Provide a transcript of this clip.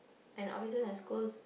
and offices and schools